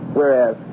whereas